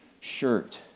shirt